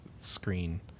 screen